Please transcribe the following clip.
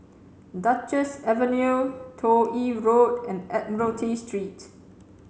Duchess Avenue Toh Yi Road and Admiralty Street